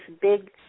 big